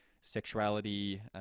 sexuality